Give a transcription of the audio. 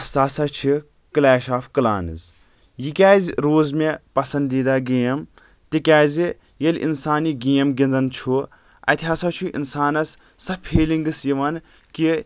سۄ ہسا چھِ کلیش آف کلانز یہِ کیازِ روٗز مےٚ پسندیدہ گیم تِکیازِ ییٚلہِ انسان یہِ گیم گندان چھُ اتہِ ہسا چھُ انسانس سہ فیٖلنگس یوان کہِ